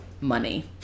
money